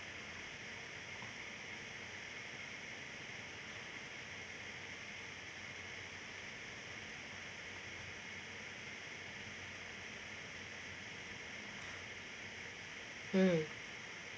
mm